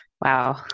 wow